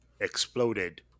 exploded